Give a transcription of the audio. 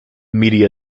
media